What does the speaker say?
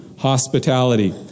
Hospitality